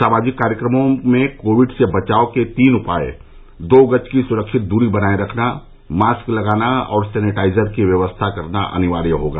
सामाजिक कार्यक्रमों में कोविड से बचाव के तीन उपाय दो गज की सुरक्षित दूरी बनाए रखना मास्क लगाना और सैनेटाइजर की व्यवस्था करना अनिवार्य होगा